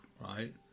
right